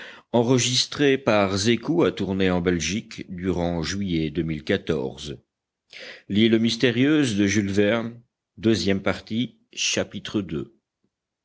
l'île mystérieuse by